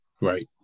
Right